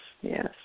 yes